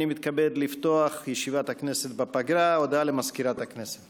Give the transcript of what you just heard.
לחוק הממשלה, הודעת הממשלה בהתאם לסעיף 9(א)(7)